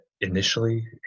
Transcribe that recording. initially